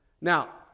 Now